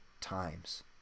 times